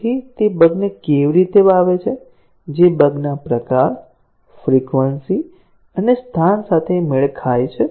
તેથી તે બગ ને કેવી રીતે વાવે છે જે બગ ના પ્રકાર ફ્રિકવન્સી અને સ્થાન સાથે લગભગ મેળ ખાય છે